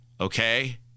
Okay